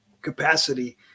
capacity